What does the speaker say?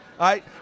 right